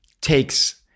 takes